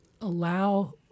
allow